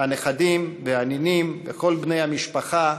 הנכדים והנינים וכל בני המשפחה,